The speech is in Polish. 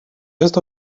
jest